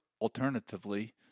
alternatively